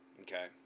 Okay